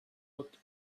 looked